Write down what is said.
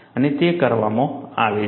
અને તે કરવામાં આવે છે